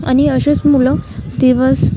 आणि असेच मुलं दिवस